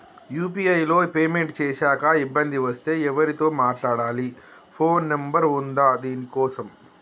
UPI లో payment చేశాక ఇబ్బంది వస్తే ఎవరితో మాట్లాడాలి? ఫోన్ నంబర్ ఉందా దీనికోసం?